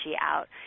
out